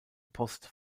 post